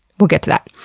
we'll get to that.